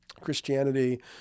Christianity